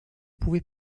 pouvez